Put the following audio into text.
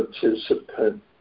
participant